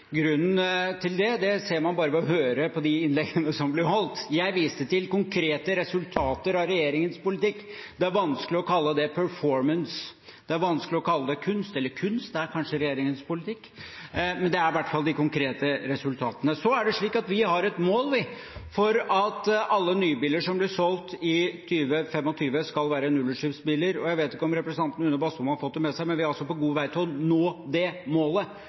Grunnen til det ser man bare ved å høre på de innleggene som blir holdt. Jeg viser til konkrete resultater av regjeringens politikk. Det er vanskelig å kalle det performance, det er vanskelig å kalle det kunst – eller kunst er kanskje regjeringens politikk? Det er i hvert fall de konkrete resultatene. Så er det slik at vi har et mål om at alle nybiler som blir solgt i 2025, skal være nullutslippsbiler. Jeg vet ikke om representanten Une Bastholm har fått det med seg, men vi er på vei til å nå det målet